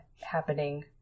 happening